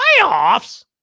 playoffs